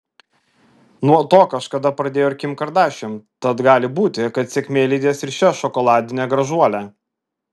nuo to kažkada pradėjo ir kim kardashian tad gali būti kad sėkmė lydės ir šią šokoladinę gražuolę